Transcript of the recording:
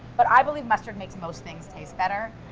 but i believe mustard makes most things taste better,